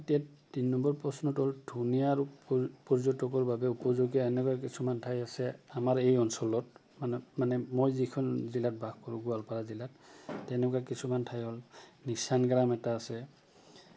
এতিয়া তিন নম্বৰ প্ৰশ্নটো ধুনীয়া পৰ্যটকৰ বাবে উপযোগিতা এনেকুৱা কিছুমান ঠাই আছে আমাৰ এই অঞ্চলত মানে মানে মই যিখন জিলাত বাস কৰোঁ গোৱালপাৰা জিলাত তেনেকুৱা কিছুমান ঠাই হ'ল নিচান গ্ৰাম এটা আছে